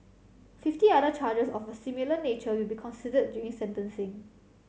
fifty other charges of a similar nature will be considered during sentencing